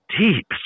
deep